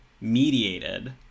mediated